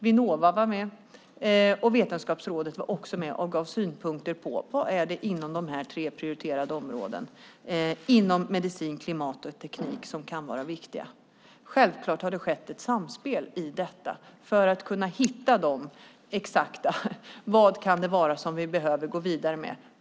Vinnova var med. Vetenskapsrådet var också med och gav synpunkter på vad det är inom de tre prioriterade områdena - medicin, klimat och teknik - som kan vara viktigt. Självklart har det skett ett samspel i detta för att hitta vad det kan vara som vi behöver gå vidare med.